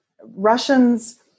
Russians